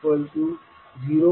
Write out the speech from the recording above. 850